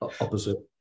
opposite